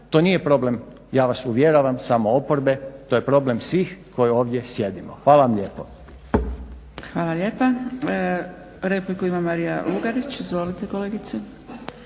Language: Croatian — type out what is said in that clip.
to nije problem, ja vas uvjeravam, samo oporbe to je problem svih koji ovdje sjedimo. Hvala vam lijepo. **Zgrebec, Dragica (SDP)** Hvala lijepa. Repliku ima Marija Lugarić. Izvolite kolegice.